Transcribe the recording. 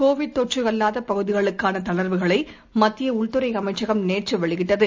Covid தொற்றுஅல்லாத் பகுதிகளுக்கானதளர்வுளை மத்தியஉள்துறைஅமைச்சகம் நேற்றுவெளியிட்டது